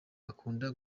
akunda